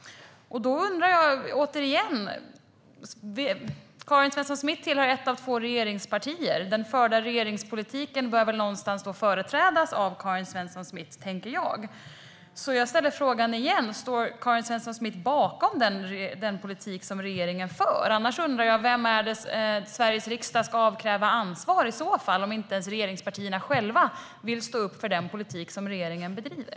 Karin Svensson Smith tillhör ett av två regeringspartier. Den förda regeringspolitiken bör väl någonstans företrädas av Karin Svensson Smith. Står Karin Svensson Smith bakom den politik som regeringen för? Annars undrar jag vem det är Sveriges riksdag ska avkräva ansvar om inte ens regeringspartierna själva vill stå upp för den politik som regeringen bedriver.